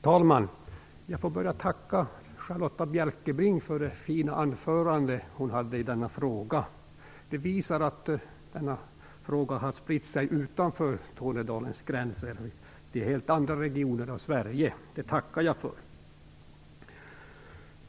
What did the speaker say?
Herr talman! Jag får börja med att tacka Charlotta Bjälkebring för det fina anförande hon höll i denna fråga. Det visar att frågan har spritt sig utanför Tornedalens gränser till helt andra regioner av Sverige. Det tackar jag för.